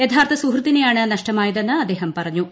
യഥാർത്ഥ സുഹൃത്തിനെയാണ് നഷ്ടമായതെന്ന് അദ്ദേഹം പറഞ്ഞു